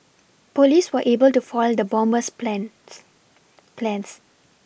police were able to foil the bomber's plans plans